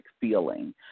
feeling